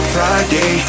Friday